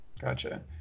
Gotcha